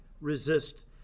resist